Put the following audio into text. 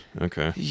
Okay